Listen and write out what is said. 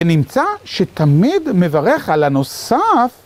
נמצא שתמיד מברך על הנוסף,